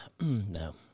No